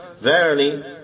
verily